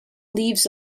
leaves